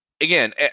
again